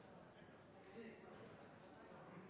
se